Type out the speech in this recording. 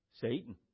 Satan